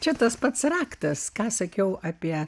čia tas pats raktas ką sakiau apie